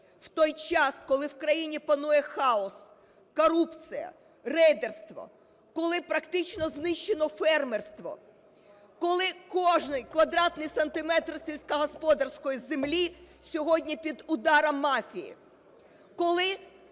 в той час, коли в країні панує хаос, корупція, рейдерство, коли практично знищено фермерство, коли кожний квадратний сантиметр сільськогосподарської землі сьогодні під ударом мафії, коли